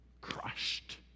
crushed